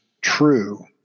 true